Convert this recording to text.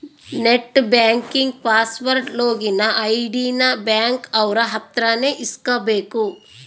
net banking password login ID ನ bank ಅವ್ರ ಅತ್ರ ನೇ ಇಸ್ಕಬೇಕು